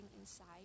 inside